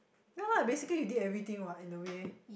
no lah basically you did everything what in the way